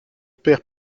père